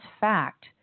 fact